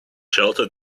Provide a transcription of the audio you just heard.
shelter